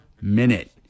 minute